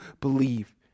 believe